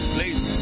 Please